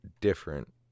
different